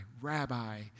Rabbi